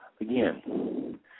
Again